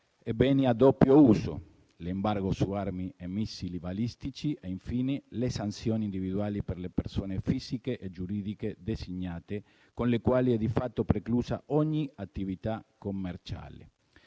e beni a doppio uso, l'embargo su armi e missili balistici e infine le sanzioni individuali per le persone fisiche e giuridiche designate, con le quali è di fatto preclusa ogni attività commerciale: